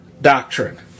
doctrine